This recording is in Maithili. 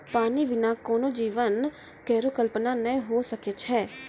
पानी बिना कोनो जीवन केरो कल्पना नै हुए सकै छै?